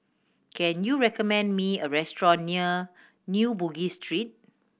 can you recommend me a restaurant near New Bugis Street